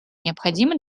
необходимы